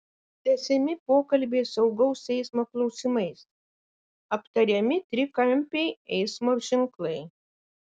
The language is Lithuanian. tęsiami pokalbiai saugaus eismo klausimais aptariami trikampiai eismo ženklai